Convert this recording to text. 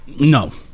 no